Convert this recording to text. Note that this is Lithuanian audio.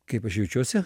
kaip aš jaučiuosi